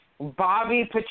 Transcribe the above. Bobby